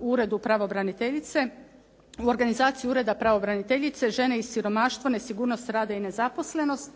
u uredu pravobraniteljice u organizaciji ureda pravobraniteljice, žene i siromaštvo, nesigurnost rada i nezaposlenost.